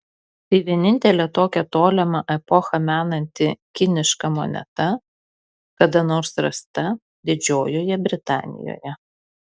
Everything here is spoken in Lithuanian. tai vienintelė tokią tolimą epochą menanti kiniška moneta kada nors rasta didžiojoje britanijoje